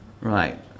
Right